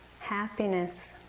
happiness